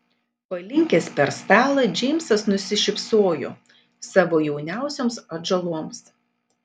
palinkęs per stalą džeimsas nusišypsojo savo jauniausioms atžaloms